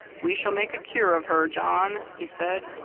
we shall make a cure of her, john, he said.